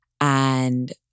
and-